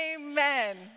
amen